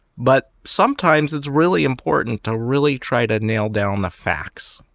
but sometimes it's really important to really try to nail down the facts.